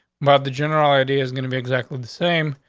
but the general idea is gonna be exactly the same.